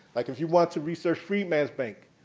like if you wanted to research freedman's bank,